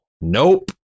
nope